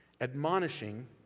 admonishing